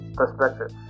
perspective